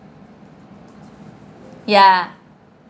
ya